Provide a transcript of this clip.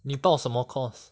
你报什么 course